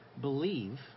Believe